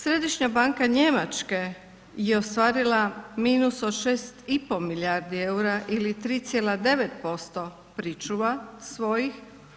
Središnja banka Njemačke je ostvarila minus od 6,5 milijardi eura ili 3,9% pričuva svojih.